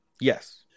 Yes